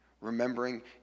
remembering